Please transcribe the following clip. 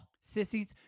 Sissies